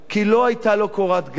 כי לא היתה לו קורת גג.